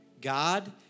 God